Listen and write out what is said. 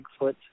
Bigfoot